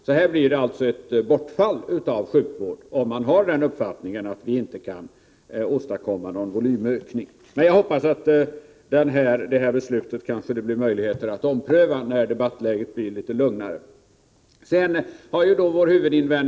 Om man således har uppfattningen att det inte att går att åstadkomma en volymökning, blir det ett bortfall av sjukvård. Jag hoppas att det blir möjligt att ompröva detta beslut när debattläget är lugnare.